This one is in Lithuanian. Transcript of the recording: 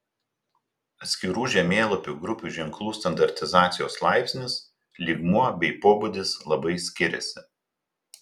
atskirų žemėlapių grupių ženklų standartizacijos laipsnis lygmuo bei pobūdis labai skiriasi